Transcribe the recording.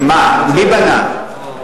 מי בנה?